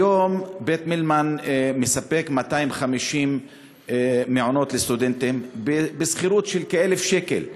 כיום בית-מילמן מספק 250 מעונות לסטודנטים בשכירות של כ-1,000 שקל.